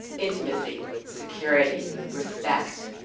intimacy, security, respect,